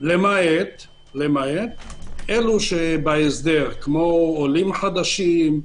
למעט אלו שבהסדר, כמו עולים חדשים,